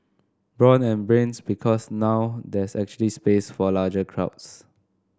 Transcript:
brawn and brains because now there's actually space for larger crowds